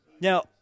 Now